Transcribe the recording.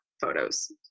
photos